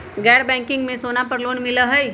गैर बैंकिंग में सोना पर लोन मिलहई?